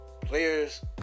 players